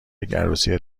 عروسی